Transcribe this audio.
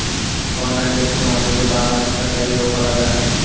bond मार्केटचो महत्त्वाचो भाग म्हणजे सरकारी रोखा बाजार